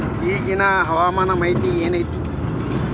ಇಗಿಂದ್ ಹವಾಮಾನ ಮಾಹಿತಿ ಏನು ಐತಿ?